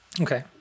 Okay